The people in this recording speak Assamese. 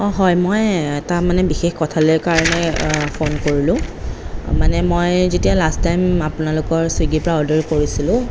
অঁ হয় মই তাৰমানে বিশেষ কথালৈ কাৰণে ফোন কৰিলোঁ মানে মই যেতিয়া লাষ্ট টাইম আপোনালোকৰ ছুইগিৰপৰা অৰ্ডাৰ কৰিছিলোঁ